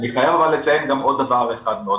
אני חייב אבל לציין גם עוד דבר אחד מאוד